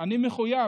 אני מחויב.